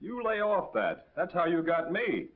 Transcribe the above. you lay off that that's how you got me